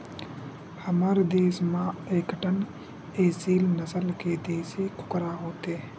हमर देस म एकठन एसील नसल के देसी कुकरा होथे